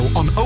on